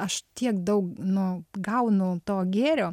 aš tiek daug nu gaunu to gėrio